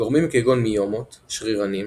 גורמים כגון מיומות שרירנים,